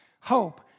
hope